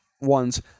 ones